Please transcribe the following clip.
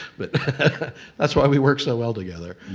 but that's why we work so well together.